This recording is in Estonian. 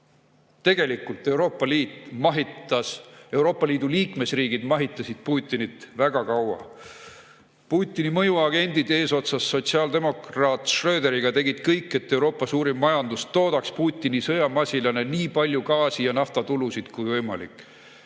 mahitas, Euroopa Liidu liikmesriigid mahitasid Putinit väga kaua. Putini mõjuagendid eesotsas sotsiaaldemokraat Schröderiga tegid kõik, et Euroopa suurim majandus toodaks Putini sõjamasinale nii palju gaasi- ja naftatulusid kui võimalik.